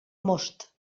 most